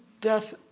Death